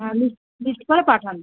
হ্যাঁ list list করে পাঠান